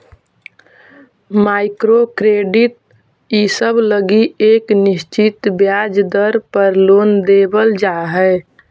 micro credit इसब लगी एक निश्चित ब्याज दर पर लोन देवल जा हई